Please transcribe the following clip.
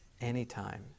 anytime